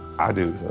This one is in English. i do,